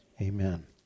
amen